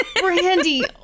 Brandy